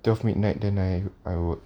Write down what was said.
twelve midnight then I I work